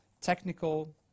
technical